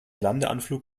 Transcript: landeanflug